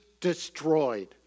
destroyed